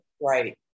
Right